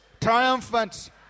triumphant